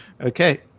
Okay